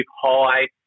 high